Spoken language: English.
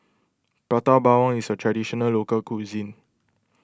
Prata Bawang is a Traditional Local Cuisine